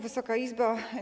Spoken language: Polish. Wysoka Izbo!